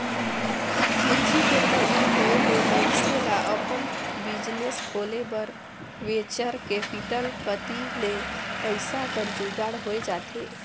पूंजी के कमी होय ले मइनसे ल अपन बिजनेस खोले बर वेंचर कैपिटल कती ले पइसा कर जुगाड़ होए जाथे